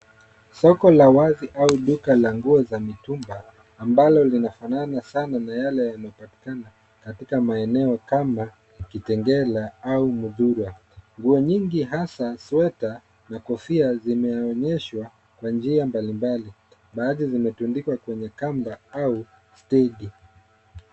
Soko la wazi au duka la nguo za mitumba ambalo linafanana sana na yale yanayopatikana katika maeneo kama Kitengela au Mudhurwa . Nguo nyingi hasa sweta na kofia zimeonyeshwa kwa njia mbalimbali. Baadhi zimetundika kwenye kamba au stendi.